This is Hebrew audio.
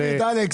אלכס,